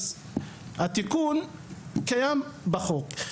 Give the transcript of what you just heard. אז התיקון קיים בחוק,